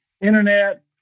internet